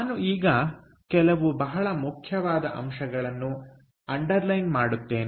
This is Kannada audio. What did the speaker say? ನಾನು ಈಗ ಕೆಲವು ಬಹಳ ಮುಖ್ಯವಾದ ಅಂಶಗಳನ್ನು ಅಂಡರ್ ಲೈನ್ ಮಾಡುತ್ತೇನೆ